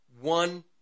one